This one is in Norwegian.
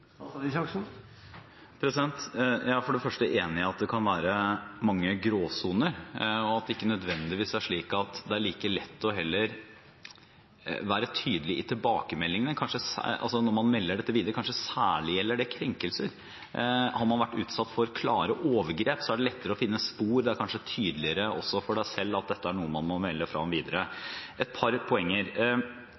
Jeg er for det første enig i at det kan være mange gråsoner, og at det heller ikke nødvendigvis er slik at det er like lett å være tydelig i tilbakemeldingene når man melder dette videre – kanskje særlig gjelder det krenkelser. Har man vært utsatt for klare overgrep, er det lettere å finne spor, det er kanskje tydeligere også for en selv at dette er noe man må melde fra om videre.